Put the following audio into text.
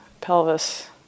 pelvis